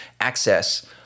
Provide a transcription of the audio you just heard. access